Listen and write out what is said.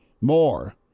More